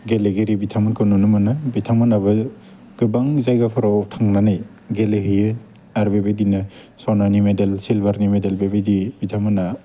गेलेगिरि बिथांमोनखौ नुनो मोनो बिथांमोनहाबो गोबां जायगाफोराव थांनानै गेलेहैयो आरो बेबायदिनो सनानि मेडेल सिलभारनि मेडेल बेबायदि बिथांमोनहा